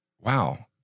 Wow